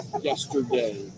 yesterday